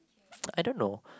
I don't know